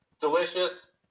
Delicious